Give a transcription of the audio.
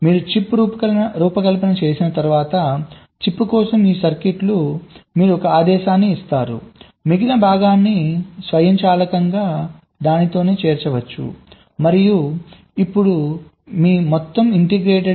మీరు చిప్ రూపకల్పన చేసిన తర్వాత చిప్ కోసం ఈ సర్క్యూట్కు మీరు ఒక ఆదేశాన్ని ఇస్తారు మిగిలిన భాగాన్ని స్వయంచాలకంగా దానితో చేర్చవచ్చు మరియు ఇప్పుడు మీ మొత్తం ఇంటిగ్రేటెడ్ చిప్ 1149